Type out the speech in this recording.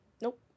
Nope